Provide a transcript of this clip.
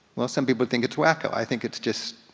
well some people think it's wacko, i think it's just